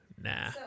Nah